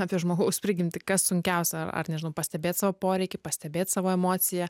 apie žmogaus prigimtį kas sunkiausia ar ar nežinau pastebėt savo poreikį pastebėt savo emociją